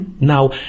now